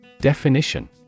Definition